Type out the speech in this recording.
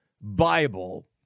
Bible